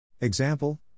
Example